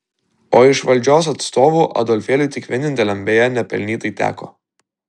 o iš valdžios atstovų adolfėliui tik vieninteliam beje nepelnytai teko